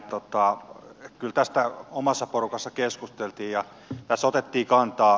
kyllä tästä omassa porukassa keskusteltiin